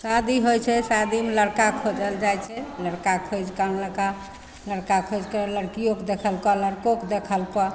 शादी होइ छै शादीमे लड़का खोजल जाइ छै लड़का खोजिके आनलकऽ लड़का खोजिकऽ लड़किओके देखलकऽ लड़कोके देखलकऽ